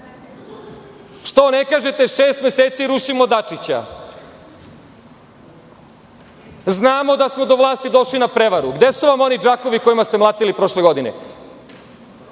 Što ne kažete - šest meseci rušimo Dačića, znamo da smo do vlasti došli na prevaru? Gde su vam oni džakovi kojima ste mlatili prošle